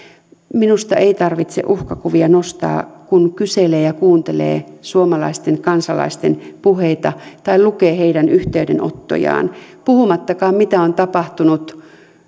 minusta ei tarvitse uhkakuvia nostaa kun kyselee ja kuuntelee suomalaisten kansalaisten puheita tai lukee heidän yhteydenottojaan puhumattakaan mitä on tapahtunut